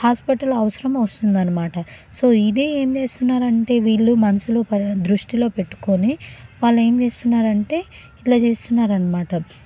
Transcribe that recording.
hospital అవసరం వస్తుంది అనమాట సో ఇదే ఏం చేస్తున్నారంటే వీళ్ళు మనుషులు దృష్టిలో పెట్టుకొని వాళ్ళేం చేస్తున్నారు అంటే ఇట్లా చేస్తున్నారు అనమాట